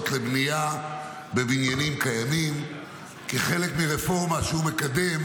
לבנייה בבניינים קיימים כחלק מהרפורמה שהוא מקדם